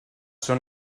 son